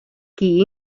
qui